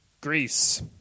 Greece